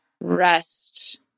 rest